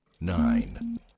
Nine